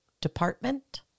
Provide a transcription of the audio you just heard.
department